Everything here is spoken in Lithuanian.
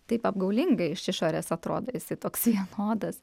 taip apgaulingai iš išorės atrodo esi toks vienodas